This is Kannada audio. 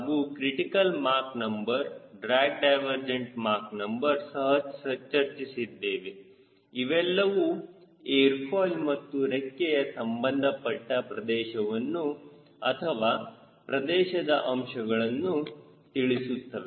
ಹಾಗೂ critical Mach number drag divergent Mach number ಸಹ ಚರ್ಚಿಸಿದ್ದೇವೆ ಇವೆಲ್ಲವೂ ಏರ್ ಫಾಯ್ಲ್ ಮತ್ತು ರೆಕ್ಕೆಗೆ ಸಂಬಂಧಪಟ್ಟ ಪ್ರದೇಶವನ್ನು ಅಥವಾ ಪ್ರದೇಶದ ಅಂಶಗಳನ್ನು ತಿಳಿಸುತ್ತವೆ